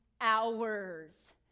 hours